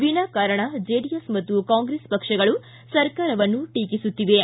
ವಿನಾಃ ಕಾರಣ ಜೆಡಿಎಸ್ ಮತ್ತು ಕಾಂಗ್ರೆಸ್ ಪಕ್ಷಗಳು ಸರ್ಕಾರವನ್ನು ಟೀಕಿಸುತ್ತಿವೆ